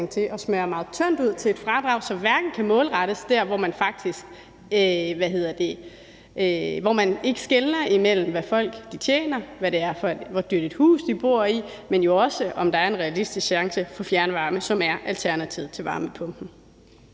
til at smøre meget tyndt ud til et fradrag, som hverken kan målrettes til der, hvor man ikke skelner mellem, hvad folk tjener, hvor dyrt et hus de bor i, men også om der er en realistisk chance for fjernvarme, som er alternativet til varmepumpen.